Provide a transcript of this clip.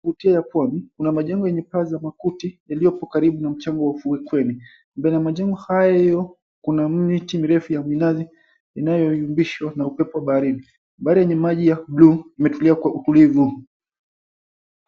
Uvutio ya pwani kuna majengo zenye paa za makuti iliopo karibu na mchanga ya ufukweni. Mbele ya majengo hayo kuna miti mirefu ya minazi inayoyumbishwa na upepo baharini. Bahari yenye maji ya blue imetulia kwa utulivu.